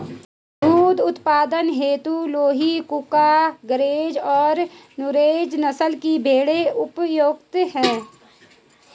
दुग्ध उत्पादन हेतु लूही, कूका, गरेज और नुरेज नस्ल के भेंड़ उपयुक्त है